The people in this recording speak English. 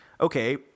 okay